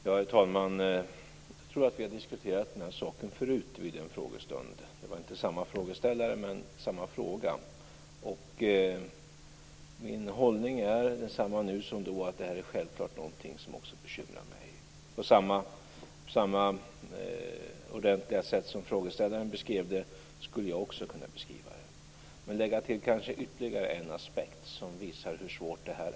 Herr talman! Jag tror att vi har diskuterat denna sak förut vid en frågestund. Det var inte samma frågeställare, men samma fråga. Min hållning är densamma nu som då. Detta är självklart någonting som också bekymrar mig. På samma ordentliga sätt som frågeställaren beskrev det skulle jag också kunna beskriva det. Jag skulle kanske lägga till ytterligare en aspekt som visar hur svårt detta är.